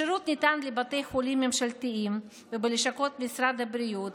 השירות ניתן בבתי חולים ממשלתיים ובלשכות משרד הבריאות,